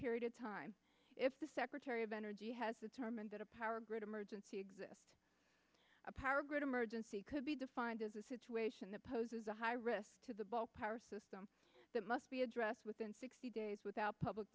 period of time if the secretary of energy has determined that a power grid emergency exists a power grid emergency could be defined as a situation that poses a high risk to the ball power system that must be addressed within sixty days without public